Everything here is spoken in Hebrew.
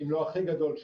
אם לא הכי גדול,